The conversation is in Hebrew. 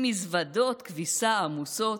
עם מזוודות כביסה עמוסות,